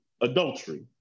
adultery